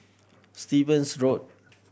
Stevens Road